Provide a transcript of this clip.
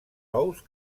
ous